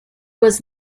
was